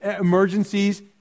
emergencies